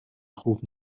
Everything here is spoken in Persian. خوب